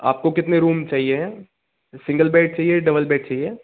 आपको कितने रूम चाहिए हैं सिंगल बेड चाहिए डबल बेड चाहिए